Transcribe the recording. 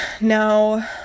Now